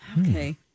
Okay